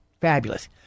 fabulous